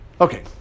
Okay